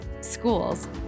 schools